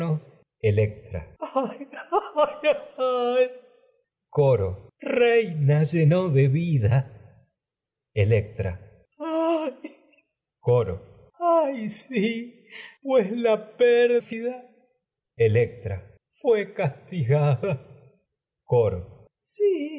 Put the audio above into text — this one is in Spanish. huy coro reina electra lleno de vida ay coro ay sí pues la pérfida electra electra fué castigada coro si